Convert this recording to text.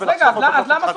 רבע שעה.